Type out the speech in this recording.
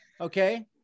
okay